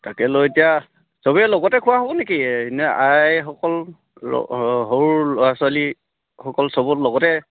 তাকেলৈ এতিয়া সবেই লগতে খোৱা হ'ব নেকি নে আইসকল সৰু ল'ৰা ছোৱালীসকল সব লগতে